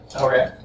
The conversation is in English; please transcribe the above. Okay